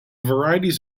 varieties